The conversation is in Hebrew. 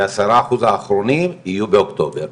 ועשרה אחוז האחרונים יהיו באוקטובר.